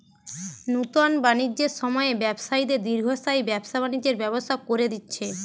নুতন বাণিজ্যের সময়ে ব্যবসায়ীদের দীর্ঘস্থায়ী ব্যবসা বাণিজ্যের ব্যবস্থা কোরে দিচ্ছে